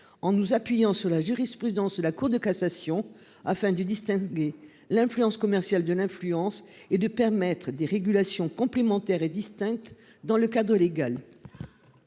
en nous appuyant sur la jurisprudence de la Cour de cassation afin de distinguer l'influence commerciale de l'influence et de permettre des régulations complémentaires et distinctes dans le cadre légal.